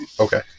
Okay